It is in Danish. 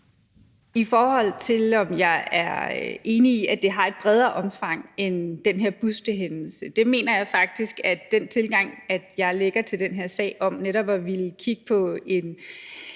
I forhold til om jeg er enig i, at det har et bredere omfang end den her bustehændelse, har jeg faktisk den tilgang til den her sag, at jeg vil kigge på en